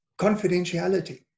confidentiality